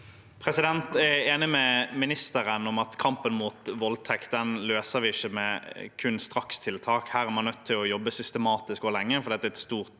Jeg er enig med ministeren i at kampen mot voldtekt løser vi ikke kun med strakstiltak. Her er man nødt til å jobbe systematisk og lenge, for dette er et stort